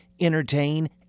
entertain